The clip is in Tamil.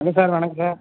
ஹலோ சார் வணக்கம்